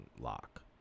lock